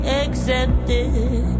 accepted